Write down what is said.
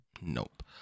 Nope